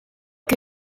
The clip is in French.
que